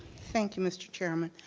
thank you mr. chairman.